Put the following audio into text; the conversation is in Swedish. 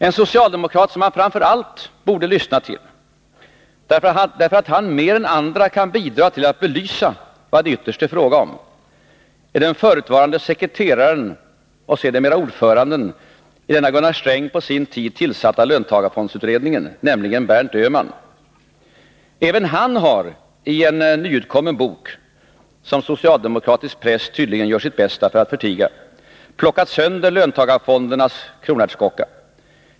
En socialdemokrat som man framför allt borde lyssna till, därför att han mer än andra kan bidra till att belysa vad det ytterst är fråga om, är den förutvarande sekreteraren och sedermera ordföranden i den av Gunnar Sträng på sin tid tillsatta löntagarfondsutredningen, nämligen Berndt Öhman. Även han har i en nyutkommen bok, som socialdemokratisk press tydligen gör sitt bästa för att förtiga, plockat sönder löntagarfondernas kronärtskocka.